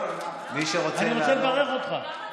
אני רוצה לברך אותך.